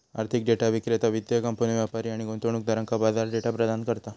आर्थिक डेटा विक्रेता वित्तीय कंपन्यो, व्यापारी आणि गुंतवणूकदारांका बाजार डेटा प्रदान करता